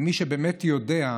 ומי שבאמת יודע,